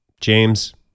James